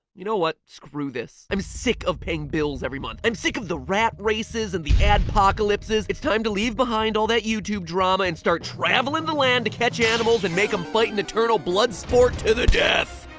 you know what? screw this. i'm sick of paying bills every month. i'm sick of the rat races, and the adpocalypses, it's time to leave behind all that youtube drama and start traveling the land to catch animals and make them fight in eternal bloodsport to the death.